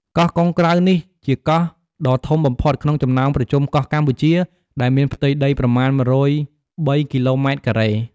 កោះកុងក្រៅ នេះជា កោះដ៏ធំបំផុត ក្នុងចំណោមប្រជុំកោះកម្ពុជា ដែលមានផ្ទៃដីប្រមាណ ១០៣ គីឡូម៉ែត្រការ៉េ។